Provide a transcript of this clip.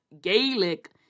Gaelic